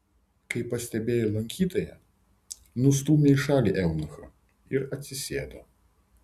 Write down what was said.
kai pastebėjo lankytoją nustūmė į šalį eunuchą ir atsisėdo